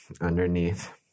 underneath